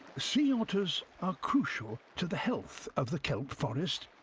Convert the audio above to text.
sea otters are crucial to the health of the kelp forest